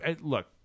look